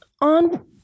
on